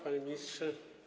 Panie Ministrze!